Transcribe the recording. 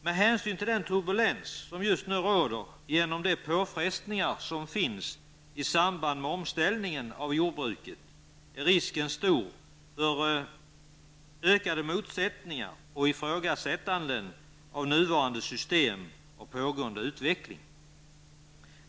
Med hänsyn till den turbulens som just nu råder genom påfrestningarna i samband med omställningen av jordbruket är risken stor för ökade motsättningar och ifrågasättanden av nuvarande system och pågående utveckling.